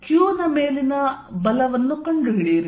q ನ ಮೇಲಿನ ಬಲವನ್ನು ಕಂಡುಹಿಡಿಯಿರಿ